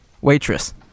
waitress